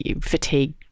fatigue